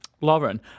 Lauren